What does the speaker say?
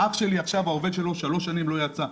אח שלי, עכשיו העובד שלו שלוש שנים לא יצא.